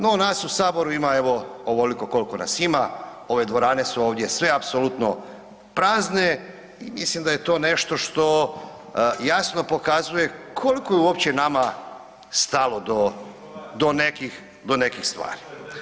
No nas u Saboru ima evo ovoliko koliko nas ima, ove dvorane su ovdje sve apsolutno prazne i mislim da je to nešto što jasno pokazuje koliko je uopće nama stalo do nekih stvari.